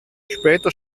später